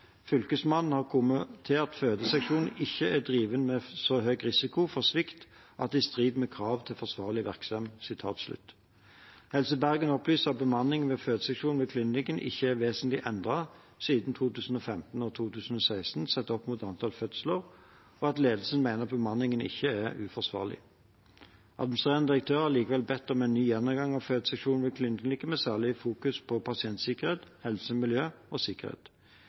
Fylkesmannen har kommet til at fødeklinikken «ikkje er driven med så høg risiko for svikt at det er i strid med krav til forsvarleg verksemd». Helse Bergen opplyser at bemanningen ved fødeseksjonen ved kvinneklinikken ikke er vesentlig endret siden 2015 og 2016 sett opp mot antall fødsler, og at ledelsen mener bemanningen ikke er uforsvarlig. Administrerende direktør har likevel bedt om en ny gjennomgang av fødeseksjonen ved kvinneklinikken med særlig fokus på pasientsikkerhet, helse, miljø og sikkerhet.